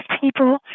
people